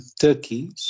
Turkey